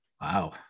Wow